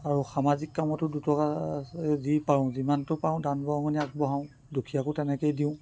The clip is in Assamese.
আৰু সামাজিক কামতো দুটকা এই যি পাৰোঁ যিমানটো পাৰোঁ দান বৰঙণি আগবঢ়াওঁ দুখীয়াকো তেনেকৈয়ে দিওঁ